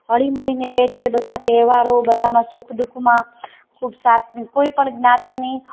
હળીમળીને રહે છે બધા તહેવારો બધામાં સુખ દુઃખમાં ખૂબ સાથ કોઈપણ જ્ઞાતિની